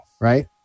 right